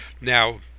Now